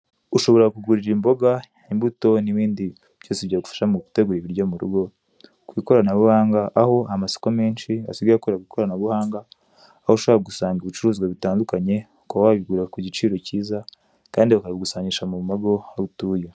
Ushobora kugurira imboga, imbuto n'ibindi byose byagufasha mu gutegura ibiryo mu rugo ku ikoranabuhanga aho amasoko menshi asigaye akorera ku ikoranabuhanga aho ushobora gusanga ibicuruzwa bitandukanye ukaba wabigurira ku giciro kiza kandi bakabigusangisha mu mago aho utuye.